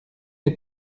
les